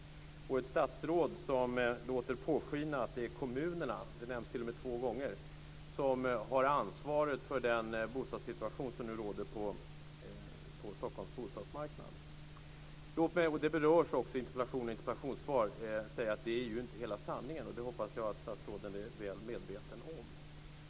Sedan är det ett statsråd som låter påskina att det är kommunerna - det nämns t.o.m. två gånger - som har ansvaret för den bostadssituation som nu råder på Stockholms bostadsmarknad. Detta berörs också i interpellationssvaret, men det är ju inte hela sanningen, och det hoppas jag att statsrådet är väl medveten om.